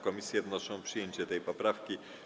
Komisje wnoszą o przyjęcie tej poprawki.